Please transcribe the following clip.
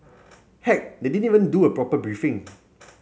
heck they didn't even do a proper briefing